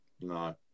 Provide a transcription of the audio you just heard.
No